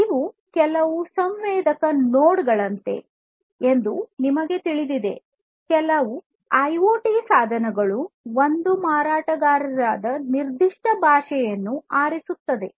ಇದು ಕೆಲವು ಸಂವೇದಕ ನೋಡ್ ಗಳಂತೆ ಕಾರ್ಯಸಾಧ್ಯತೆ ಮಾಡುತ್ತವೆ ಎಂದು ನಿಮಗೆ ತಿಳಿದಿದೆ ಕೆಲವು ಐಒಟಿ ಸಾಧನಗಳು ಒಂದು ಮಾರಾಟಗಾರರ ನಿರ್ದಿಷ್ಟ ಭಾಷೆಯನ್ನು ಆರಿಸುತ್ತವೆ